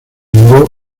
mudó